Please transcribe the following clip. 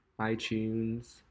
iTunes